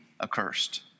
accursed